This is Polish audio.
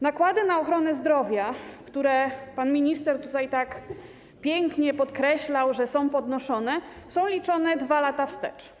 Nakłady na ochronę zdrowia, które - pan minister tutaj tak pięknie podkreślał, że są podnoszone - są liczone 2 lata wstecz.